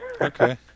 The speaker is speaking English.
okay